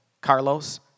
Carlos